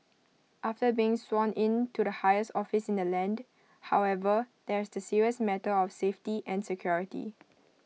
after being sworn in to the highest office in the land however there's the serious matter of safety and security